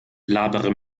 labere